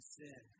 sin